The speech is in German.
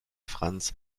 franz